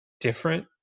different